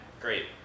Great